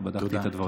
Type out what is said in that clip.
ובדקתי את הדברים.